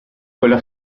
quella